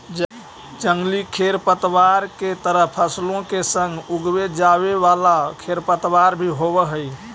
जंगली खेरपतवार के तरह फसलों के संग उगवे जावे वाला खेरपतवार भी होवे हई